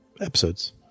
episodes